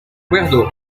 acuerdo